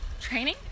training